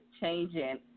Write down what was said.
changing